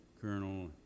colonel